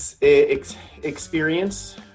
experience